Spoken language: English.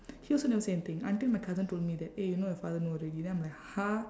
he also never say anything until my cousin told me that eh you know your father know already then I'm like !huh!